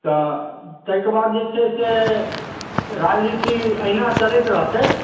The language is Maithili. तऽ ताहि के बाद जे छै से राजनीति अहिना चलैत रहतै